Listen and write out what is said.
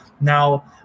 Now